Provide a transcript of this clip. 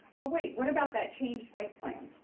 but wait, what about that change site plan,